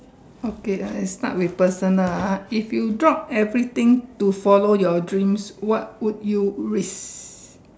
okay I start with personal ah if you drop everything to follow your dreams what would you risk